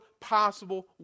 possible